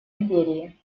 либерии